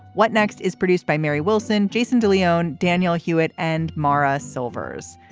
what next is produced by mary wilson jason de leone daniel hewett and mara silvers.